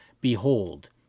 Behold